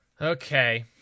okay